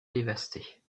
dévastées